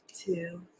two